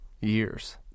years